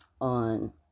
on